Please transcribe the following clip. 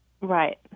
Right